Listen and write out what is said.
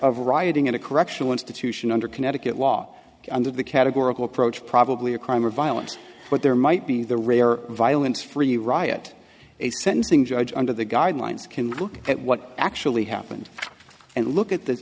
of rioting in a correctional institution under connecticut law under the categorical approach probably a crime of violence but there might be the rare violence free riot a sentencing judge under the guidelines can look at what actually happened and look at th